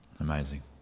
Amazing